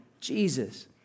Jesus